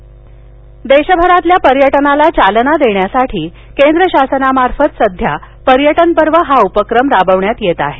पर्यटन पर्व देशभरातील पर्यटनाला चालना देण्यासाठी केंद्र शासनामार्फत सध्या पर्यटन पर्व हा उपक्रम राबविण्यात येत आहे